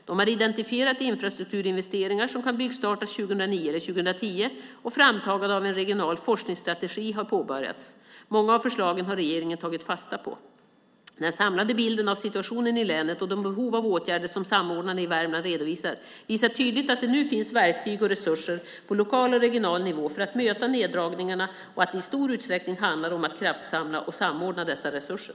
De har identifierat infrastrukturinvesteringar som kan byggstartas 2009 eller 2010 och framtagandet av en regional forskningsstrategi har påbörjats. Många av förslagen har regeringen tagit fasta på. Den samlade bilden av situationen i länet och det behov av åtgärder som samordnarna i Värmland redovisat visar tydligt att det nu finns verktyg och resurser på lokal och regional nivå för att möta neddragningarna och att det i stor utsträckning handlar om att kraftsamla och samordna dessa resurser.